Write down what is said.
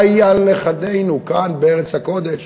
מה יהיה על נכדינו כאן, בארץ הקודש,